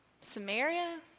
Samaria